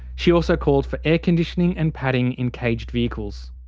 she also called for air-conditioning and padding in caged vehicles.